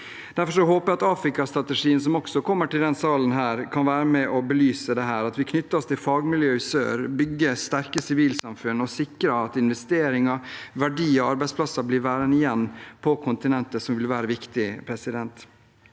Derfor håper jeg at Afrika-strategien, som også kommer til denne salen, kan være med og belyse dette, at vi knytter oss til fagmiljøer i sør, bygger sterke sivilsamfunn og sikrer at investeringer, verdier og arbeidsplasser blir værende igjen på kontinentet, noe som vil være viktig. Jeg er